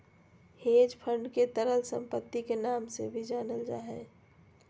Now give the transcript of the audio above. hedge fund के तरल सम्पत्ति के नाम से भी जानल जा हय